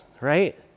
right